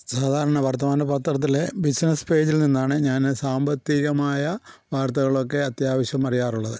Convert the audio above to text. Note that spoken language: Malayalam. സാധാരണ വർത്തമാന പത്രത്തിലെ ബിസിനസ് പേജിൽ നിന്നാണ് ഞാന് സാമ്പത്തികമായ വാർത്തകളൊക്കെ അത്യാവശ്യം അറിയാറുള്ളത്